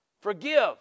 Forgive